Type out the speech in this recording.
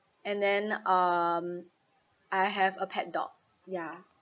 and then um I have a pet dog ya